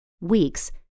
weeks